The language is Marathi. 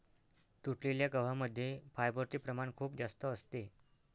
तुटलेल्या गव्हा मध्ये फायबरचे प्रमाण खूप जास्त असते